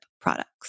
products